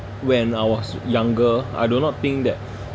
when I was younger I do not think that